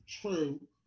True